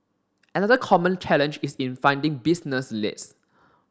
another common challenge is in finding business leads